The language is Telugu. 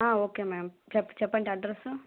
ఓకే మ్యామ్ చెప్ప చెప్పండి అడ్రస్సు